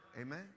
Amen